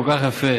כל כך יפה.